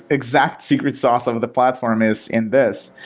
exact secret sauce um of the platform is in this.